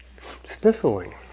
sniffling